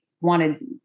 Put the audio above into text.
wanted